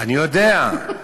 אני יודע,